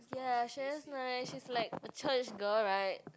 ya she is nice she like a church girl [right]